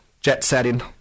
jet-setting